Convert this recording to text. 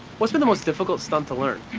what's been the most difficult stunt to learn?